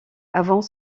avant